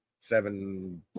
seven